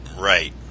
right